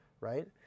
right